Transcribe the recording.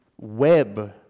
web